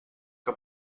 que